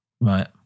Right